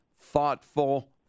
thoughtful